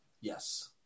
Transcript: Yes